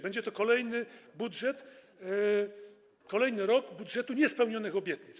Będzie to kolejny budżet, kolejny rok budżetu niespełnionych obietnic.